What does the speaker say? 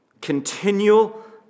continual